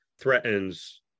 threatens